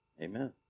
Amen